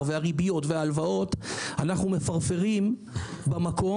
והריביות וההלוואות אנו מפרפרים במקום,